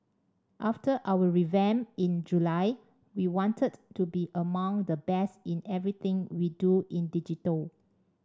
after our revamp in July we wanted to be among the best in everything we do in digital